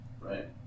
Right